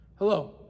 Hello